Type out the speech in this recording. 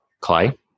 clay